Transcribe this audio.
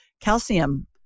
calcium